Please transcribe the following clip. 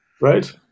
Right